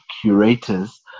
curators